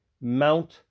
Mount